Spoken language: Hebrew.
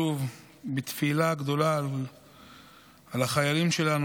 שוב בתפילה גדולה על החיילים שלנו,